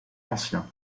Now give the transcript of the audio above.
anciens